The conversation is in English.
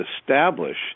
establish